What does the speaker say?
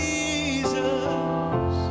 Jesus